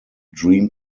dream